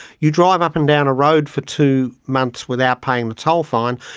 you drive up and down a road for two months without paying the toll fine,